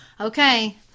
Okay